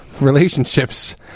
relationships